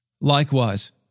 Likewise